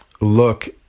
look